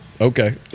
Okay